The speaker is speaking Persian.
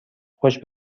خوش